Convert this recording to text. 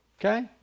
Okay